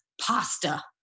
pasta